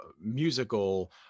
musical